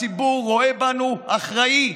הציבור רואה בנו אחראים,